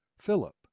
Philip